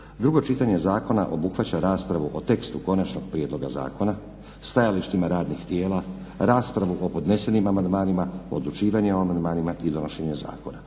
Drugo čitanje zakona obuhvaća raspravu o tekstu konačnog prijedloga zakona, stajalištima radnih tijela, raspravu o podnesenim amandmanima, odlučivanje o amandmanima i donošenje zakona.